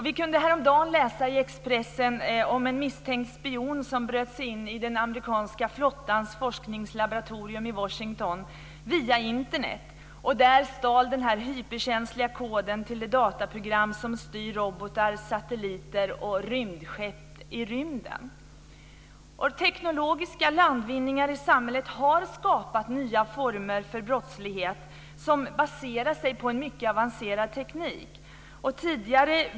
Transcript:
Vi kunde häromdagen läsa i Expressen om en misstänkt spion som via Internet bröt sig in i den amerikanska flottans forskningslaboratorium i Washington och stal den hyperkänsliga koden till det dataprogram som styr robotar, satelliter och rymdskepp i rymden. Teknologiska landvinningar i samhället har skapat nya former av brottslighet som baserar sig på en mycket avancerad teknik.